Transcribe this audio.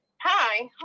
Hi